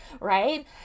right